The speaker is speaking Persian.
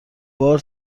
بار